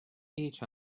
each